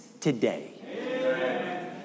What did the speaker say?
today